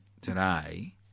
today